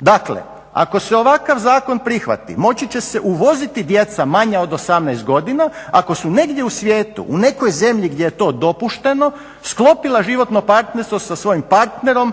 Dakle, ako se ovakav zakon prihvati moći će se uvoziti djeca manja od 18 godina ako su negdje u svijetu u nekoj zemlji gdje je to dopušteno sklopila životno partnerstvo sa svojim partnerom.